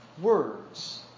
words